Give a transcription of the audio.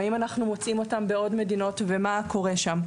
האם אנחנו מוצאים אותם בעוד מדינות ומה קורה שם,